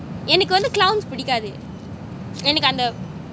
எனக்கு வந்து:enakku vanthu clowns புடிக்காது:pudikkathu